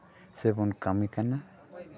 ᱥᱮᱵᱚᱱ ᱠᱟᱹᱢᱤ ᱠᱟᱱᱟ